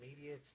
media